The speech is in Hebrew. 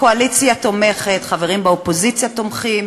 הקואליציה תומכת, חברים באופוזיציה תומכים,